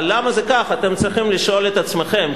אבל למה זה כך, אתם צריכים לשאול את עצמכם.